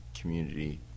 community